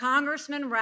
Congressman